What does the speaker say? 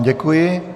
Děkuji.